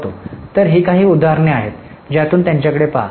तर ही काही उदाहरणे आहेत ज्यातून त्यांच्याकडे पहा